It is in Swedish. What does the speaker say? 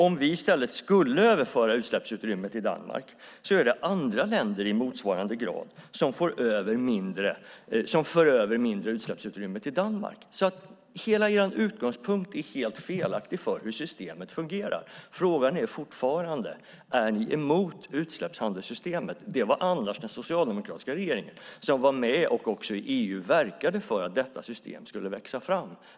Om vi i stället skulle överföra utsläppsutrymme till Danmark är det andra länder i motsvarande grad som för över mindre utsläppsutrymme till Danmark. Hela er utgångspunkt är helt felaktig för hur systemet fungerar. Frågan är fortfarande: Är ni emot utsläppshandelssystemet? Det var annars den socialdemokratiska regeringen som var med och i EU verkade för att detta system skulle växa fram.